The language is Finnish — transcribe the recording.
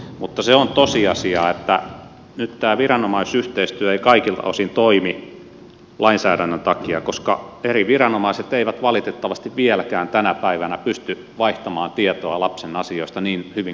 mutta se on tosiasia että nyt tämä viranomaisyhteistyö ei kaikilta osin toimi lainsäädännön takia koska eri viranomaiset eivät valitettavasti vieläkään tänä päivänä pysty vaihtamaan tietoa lapsen asioista niin hyvin kuin pitäisi